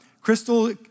Crystal